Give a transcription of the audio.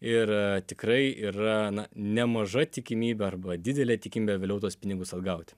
ir tikrai yra na nemaža tikimybė arba didelė tikimybė vėliau tuos pinigus atgauti